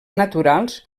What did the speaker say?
naturals